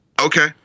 okay